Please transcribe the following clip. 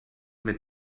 mit